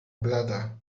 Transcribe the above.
blada